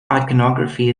iconography